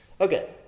Okay